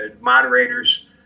moderators